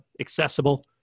accessible